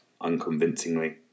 unconvincingly